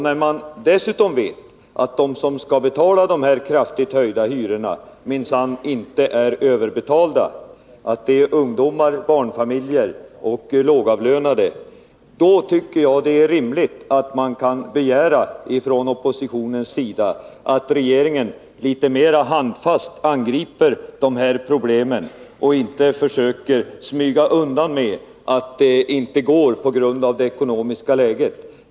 När man dessutom vet att de som skall erlägga de kraftigt höjda hyrorna minsann inte är överbetalda — det är ungdomar, barnfamiljer och lågavlönade — tycker jag det är rimligt att vi från oppositionens sida begär att regeringen litet mera handfast angriper de här problemen och inte försöker smyga undan och säga att det inte går på grund av det ekonomiska läget.